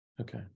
Okay